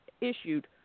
issued